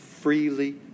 freely